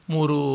Muru